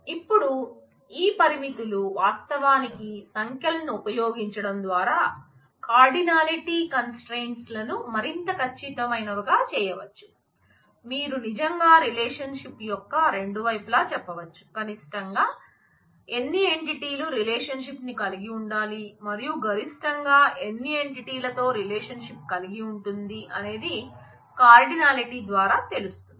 ఇప్పుడు ఈ పరిమితులు వాస్తవానికి సంఖ్యలను ఉపయోగించడం ద్వారా కార్డినాలిటీ కంస్ట్రయిన్స్ రిలేషన్షిప్ కలిగి ఉండాలి మరియు గరిష్టంగా ఎన్ని ఎంటిటీలతో రిలేషన్షిప్ కలిగి ఉంటుంది అనేది కార్డినాలిటీ ద్వారా తెలుస్తుంది